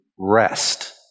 Rest